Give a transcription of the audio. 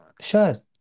Sure